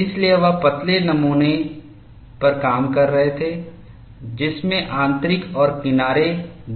इसलिए वह पतले नमूना पर काम कर रहा था जिसमें आंतरिक और किनारे